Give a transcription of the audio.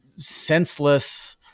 senseless